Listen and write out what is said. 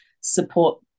support